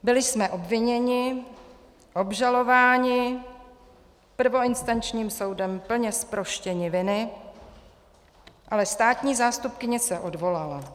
Byli jsme obviněni, obžalováni, prvoinstančním soudem plně zproštěni viny, ale státní zástupkyně se odvolala.